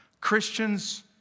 Christians